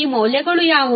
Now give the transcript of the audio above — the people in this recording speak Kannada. ಈ ಮೌಲ್ಯಗಳು ಯಾವುವು